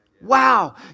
Wow